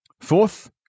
Fourth